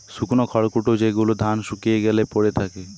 শুকনো খড়কুটো যেগুলো ধান শুকিয়ে গ্যালে পড়ে থাকে